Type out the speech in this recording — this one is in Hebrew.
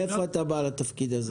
מאיפה אתה בא לתפקיד הזה?